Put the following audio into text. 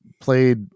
played